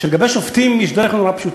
שלגבי שופטים יש דרך נורא פשוטה: